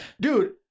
Dude